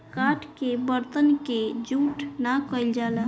काठ के बरतन के जूठ ना कइल जाला